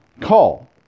call